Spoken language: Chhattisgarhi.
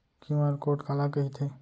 क्यू.आर कोड काला कहिथे?